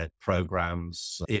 programs